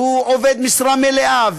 והוא עובד משרה מלאה,